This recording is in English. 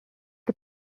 the